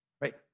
Right